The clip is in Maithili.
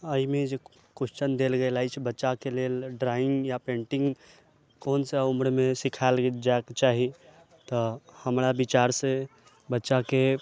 एहिमे जे क्वेश्चन देल गेल अछि बच्चाके लेल ड्रोविंग या पेन्टिंग कोन सा उम्रमे सिखायल जायके चाही तऽ हमरा विचारसँ बच्चाके